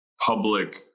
public